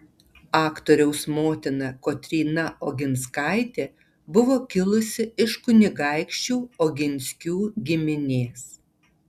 aktoriaus motina kotryna oginskaitė buvo kilusi iš kunigaikščių oginskių giminės